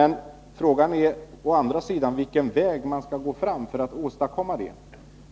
Å andra sidan är frågan vilken väg man skall gå fram för att åstadkomma detta.